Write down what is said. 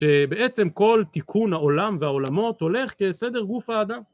שבעצם כל תיקון העולם והעולמות הולך כסדר גוף האדם